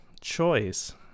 choice